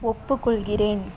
ஒப்புக்கொள்கிறேன்